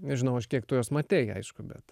nežinau aš kiek tu juos matei aišku bet